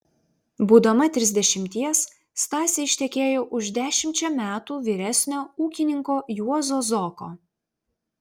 būdama trisdešimties stasė ištekėjo už dešimčia metų vyresnio ūkininko juozo zoko